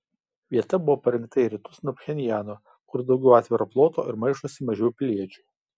vieta buvo parinkta į rytus nuo pchenjano kur daugiau atviro ploto ir maišosi mažiau piliečių